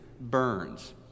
burns